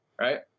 right